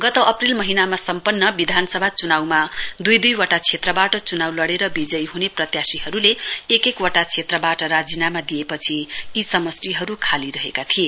गत अप्रेल महिनामा सम्पन्न विधानसभा चुनाउमा दुईवटा क्षेत्रबाट चुनाउ लडेर विजयी हुने प्रत्याशीहरूले एक एक वटा क्षेत्रबाट राजीनामा दिएपछि यी समष्टिहरू खाली रहेका थिए